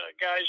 guys